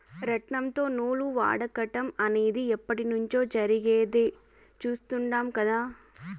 రాట్నంతో నూలు వడకటం అనేది ఎప్పట్నుంచో జరిగేది చుస్తాండం కదా